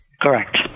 Correct